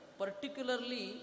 particularly